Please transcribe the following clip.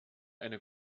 eine